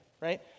right